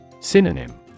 Synonym